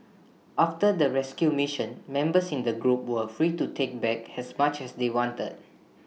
after the rescue mission members in the group were free to take back as much as they wanted